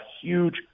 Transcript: huge